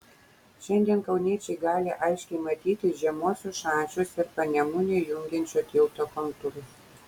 šiandien kauniečiai gali aiškiai matyti žemuosius šančius ir panemunę jungiančio tilto kontūrus